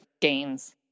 gains